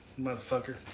motherfucker